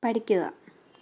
പഠിക്കുക